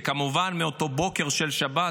וכמובן מאותו בוקר של שבת,